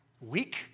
weak